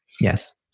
Yes